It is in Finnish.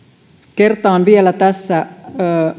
kertaan vielä tässä